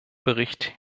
bericht